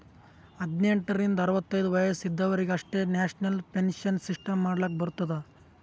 ಹದ್ನೆಂಟ್ ರಿಂದ ಅರವತ್ತೈದು ವಯಸ್ಸ ಇದವರಿಗ್ ಅಷ್ಟೇ ನ್ಯಾಷನಲ್ ಪೆನ್ಶನ್ ಸಿಸ್ಟಮ್ ಮಾಡ್ಲಾಕ್ ಬರ್ತುದ